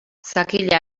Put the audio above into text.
sakila